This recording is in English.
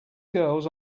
girls